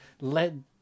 led